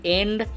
end